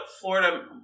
florida